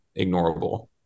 ignorable